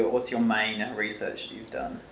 what's your main research you've done?